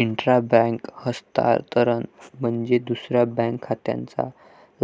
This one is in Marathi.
इंट्रा बँक हस्तांतरण म्हणजे दुसऱ्या बँक खात्याच्या